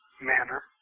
manner